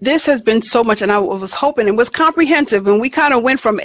this has been so much and i was hoping it was comprehensive and we kind of went from